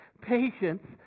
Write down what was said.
patience